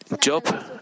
Job